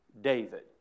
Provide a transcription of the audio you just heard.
David